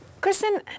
Kristen